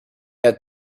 had